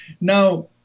Now